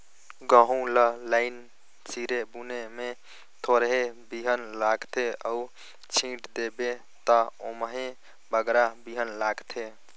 गहूँ ल लाईन सिरे बुने में थोरहें बीहन लागथे अउ छींट देबे ता ओम्हें बगरा बीहन लागथे